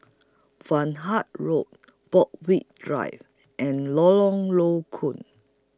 Vaughan Road Borthwick Drive and Lorong Low Koon